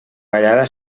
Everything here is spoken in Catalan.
ballada